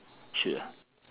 sure